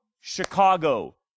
chicago